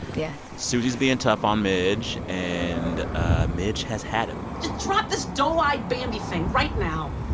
yes susie's being tough on midge, and ah midge has had it just drop this doe-eyed bambi thing right now.